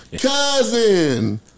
Cousin